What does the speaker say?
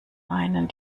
einen